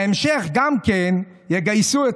בהמשך גם כן יגייסו אתכם,